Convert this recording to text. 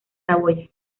saboya